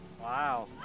Wow